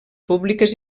públiques